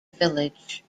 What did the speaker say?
village